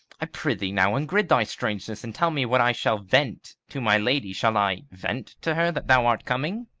i prithee now, ungird thy strangeness, and tell me what i shall vent to my lady shall i vent to her that thou art coming?